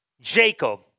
Jacob